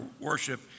worship